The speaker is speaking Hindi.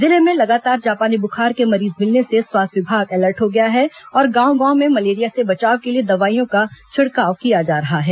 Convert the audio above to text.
जिले में लगातार जापानी बुखार के मरीज मिलने से स्वास्थ्य विभाग अलर्ट हो गया है और गांव गांव में मलेरिया से बचाव के लिए दवाइयों का छिड़काव किया जा रहा है